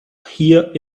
here